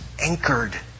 anchored